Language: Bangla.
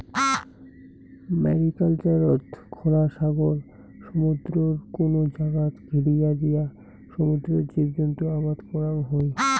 ম্যারিকালচারত খোলা সাগর, সমুদ্রর কুনো জাগাত ঘিরিয়া দিয়া সমুদ্রর জীবজন্তু আবাদ করাং হই